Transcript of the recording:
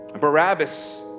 Barabbas